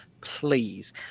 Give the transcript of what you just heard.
please